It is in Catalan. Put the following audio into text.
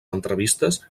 entrevistes